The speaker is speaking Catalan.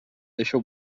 deixeu